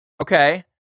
Okay